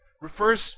refers